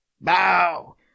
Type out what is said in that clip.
Bow